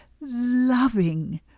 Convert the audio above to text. loving